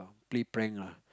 play prank ah